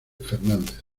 fernández